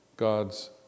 God's